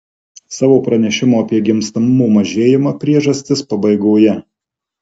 savo pranešimo apie gimstamumo mažėjimo priežastis pabaigoje